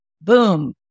Boom